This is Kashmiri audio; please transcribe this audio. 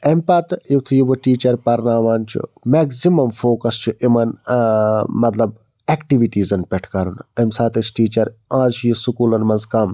اَمہِ پَتہٕ یُتھُے وۅنۍ یہِ ٹیٖچَر پَرناوان چھُ میکزِمَم فوکَس چھُ یِمَن مطلب ایکٹِوِٹیٖزَن پٮ۪ٹھ کَرُن اَمہِ ساتہٕ أسۍ ٹیٖچَر اَز چھِ یہِ سکوٗلَن منٛز کَم